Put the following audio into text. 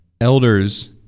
elders